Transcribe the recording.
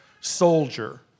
soldier